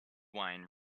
wine